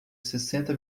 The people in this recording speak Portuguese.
sessenta